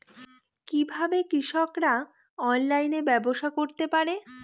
কিভাবে কৃষকরা অনলাইনে ব্যবসা করতে পারে?